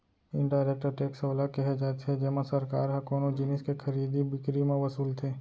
indirect tax ओला केहे जाथे जेमा सरकार ह कोनो जिनिस के खरीदी बिकरी म वसूलथे